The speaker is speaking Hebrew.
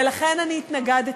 ולכן אני התנגדתי,